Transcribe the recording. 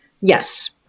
yes